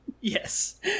Yes